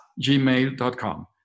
gmail.com